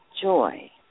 joy